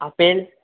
apple